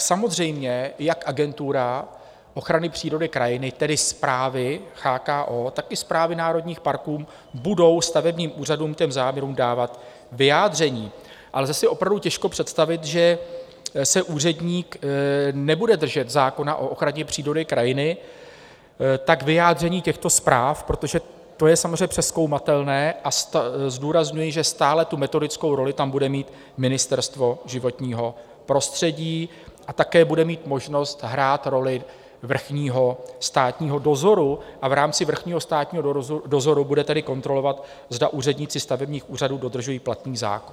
Samozřejmě jak agentura ochrany přírody a krajiny, tedy správy CHKO, tak i správy národních parků budou stavebním úřadům, těm závěrům, dávat vyjádření, ale lze si opravdu těžko představit, že se úředník nebude držet zákona o ochraně přírody a krajiny a vyjádření těchto správ, protože to je samozřejmě přezkoumatelné, a zdůrazňuji, že stále tu metodickou roli tam bude mít Ministerstvo životního prostředí a také bude mít možnost hrát roli vrchního státního dozoru, a v rámci vrchního státního dozoru bude tedy kontrolovat, zda úředníci stavebních úřadů dodržují platný zákon.